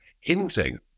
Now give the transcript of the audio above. hinting